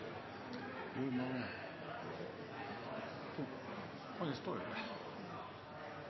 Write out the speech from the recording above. hvor det bl.a. står: